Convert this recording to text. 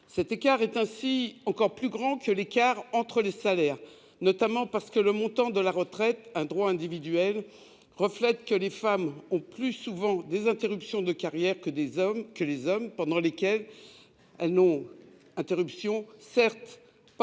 Cet écart est ainsi encore plus grand que l'écart entre les salaires, notamment parce que le montant de la retraite- un droit individuel -reflète que les femmes ont plus souvent que les hommes des interruptions de carrière, pendant lesquelles, si elles n'ont certes que pas